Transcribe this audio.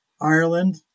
Ireland